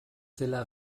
zela